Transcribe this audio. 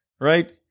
right